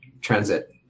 transit